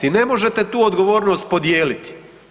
I ne možete tu odgovornost podijeliti.